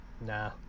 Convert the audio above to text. Nah